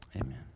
amen